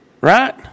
Right